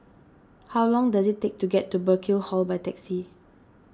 how long does it take to get to Burkill Hall by taxi